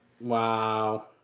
Wow